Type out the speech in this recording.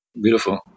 Beautiful